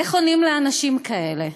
איך עונים לאנשים כאלה?